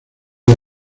día